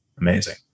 amazing